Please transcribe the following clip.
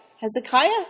Hezekiah